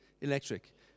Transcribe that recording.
electric